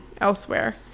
elsewhere